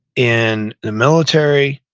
in the military,